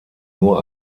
nur